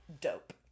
dope